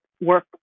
work